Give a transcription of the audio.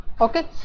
okay